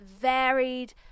varied